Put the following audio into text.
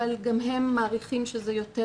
אבל גם הם מעריכים שזה יותר,